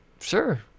sure